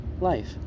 life